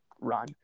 run